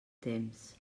temps